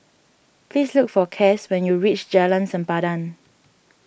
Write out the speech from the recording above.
please look for Cas when you reach Jalan Sempadan